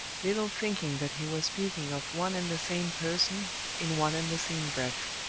little thinking that he was speaking of one and the same person in one and the same breath.